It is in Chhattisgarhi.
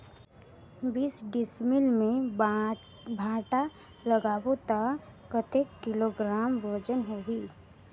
बीस डिसमिल मे भांटा लगाबो ता कतेक किलोग्राम वजन होही?